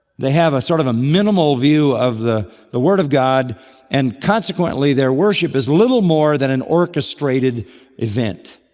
they have a sort of a minimal view of the the word of god and consequently their worship is little more than an orchestrated event.